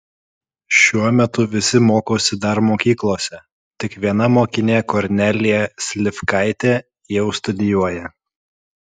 šiuo metu visi mokosi dar mokyklose tik viena mokinė kornelija slivkaitė jau studijuoja